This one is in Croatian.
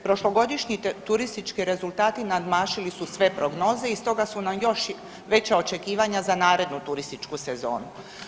Prošlogodišnji turistički rezultati nadmašili su sve prognoze i stoga su nam još veća očekivanja za narednu turističku sezonu.